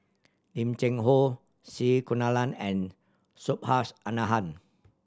Lim Cheng Hoe C Kunalan and Subhas Anandan